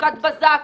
חקיקת בזק,